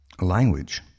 language